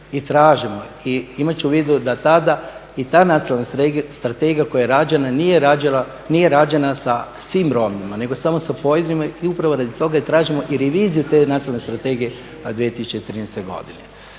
imajući u vidu da tada i ta nacionalna strategija koja je rađena nije rađena sa svim Romima nego samo sa pojedinima i upravo radi toga i tražimo reviziju te Nacionalne strategije 2013. godine.